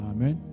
Amen